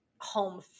Home